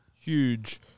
Huge